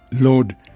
Lord